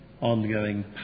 ongoing